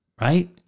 Right